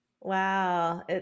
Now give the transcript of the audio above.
wow